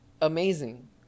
amazing